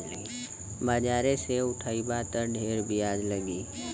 बाजारे से उठइबा त ढेर बियाज लगी